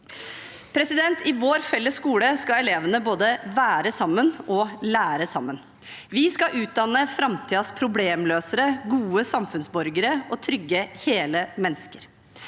og sine. I vår felles skole skal elevene både være sammen og lære sammen. Vi skal utdanne framtidens problemløsere, gode samfunnsborgere og trygge, hele mennesker.